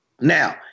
now